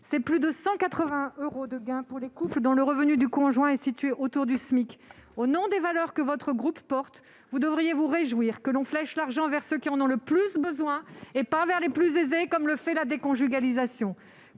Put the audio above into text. et plus de 180 euros de gain pour les couples dont le revenu du conjoint est situé autour du SMIC. Au nom des valeurs que porte votre groupe, vous devriez vous réjouir que l'on flèche l'argent vers ceux qui en ont le plus besoin et non vers les plus aisés, comme c'est le cas avec la déconjugalisation.